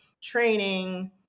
training